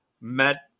Met